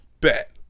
Bet